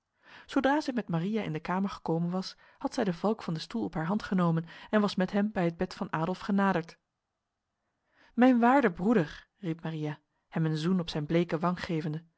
zodra zij met maria in de kamer gekomen was had zij de valk van de stoel op haar hand genomen en was met hem bij het bed van adolf genaderd mijn waarde broeder riep maria hem een zoen op zijn bleke wang gevende